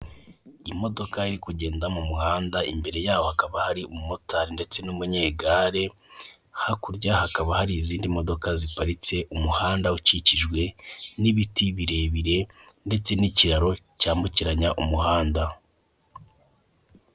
Imodoka iri kugenda mu muhanda, imbere yaho hakaba hari umumotari ndetse n'umunyagare. Hakurya hakaba hari izindi modoka ziparitse, umuhanda ukikijwe n'ibiti birebire ndetse n'ikiraro cyambukiranya umuhanda.